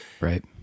Right